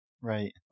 Right